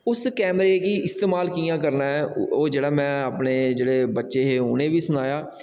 उस कैमरे गी इस्तेमाल कि'यां करना ऐ ओह् जेह्ड़ा में अपने जेह्ड़े बच्चे हे उ'नें बी सनाया